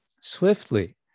swiftly